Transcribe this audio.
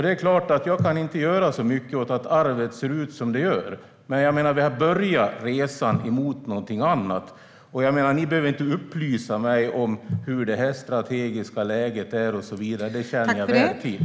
Jag kan inte göra så mycket åt att arvet ser ut som det gör, men vi har börjat resan mot något annat. Ni behöver inte upplysa mig om hur det strategiska läget är och så vidare. Det känner jag väl till.